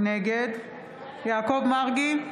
נגד יעקב מרגי,